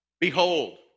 Behold